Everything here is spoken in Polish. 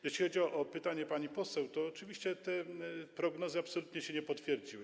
Jeśli chodzi o pytanie pani poseł, to oczywiście te prognozy absolutnie się nie potwierdziły.